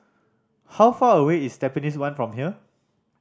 how far away is Tampines One from here